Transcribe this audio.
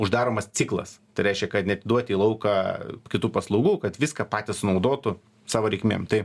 uždaromas ciklas tai reiškia kad neatiduoti į lauką kitų paslaugų kad viską patys naudotų savo reikmėm tai